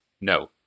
No